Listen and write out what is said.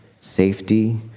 safety